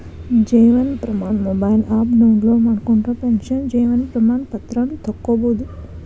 Jeevan Pramaan mobile app download ಮಾಡ್ಕೊಂಡ್ರ pension Jeevan Pramaan ಪತ್ರಾನ ತೊಕ್ಕೊಬೋದು